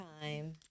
time